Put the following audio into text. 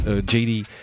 JD